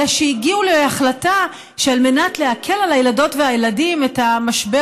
והגיעו להחלטה שעל מנת להקל על הילדות והילדים את המשבר